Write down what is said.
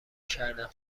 کردم